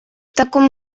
таком